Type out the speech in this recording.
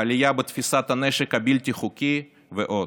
בעלייה בתפיסת הנשק הבלתי-חוקי ועוד.